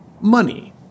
money